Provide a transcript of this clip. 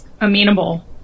amenable